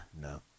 No